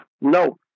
no